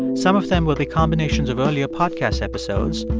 some of them will be combinations of earlier podcast episodes,